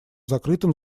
закрытом